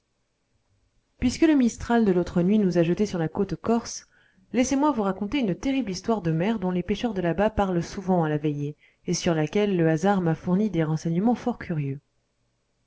puisque le mistral de l'autre nuit nous a jetés sur la côte corse laissez-moi vous raconter une terrible histoire de mer dont les pêcheurs de là-bas parlent souvent à la veillée et sur laquelle le hasard m'a fourni des renseignements fort curieux